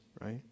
right